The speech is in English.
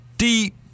Deep